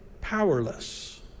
powerless